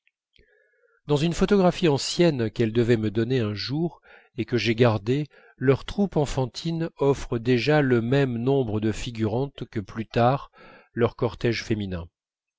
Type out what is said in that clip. dans une photographie ancienne qu'elles devaient me donner un jour et que j'ai gardée leur troupe enfantine offre déjà le même nombre de figurantes que plus tard leur cortège féminin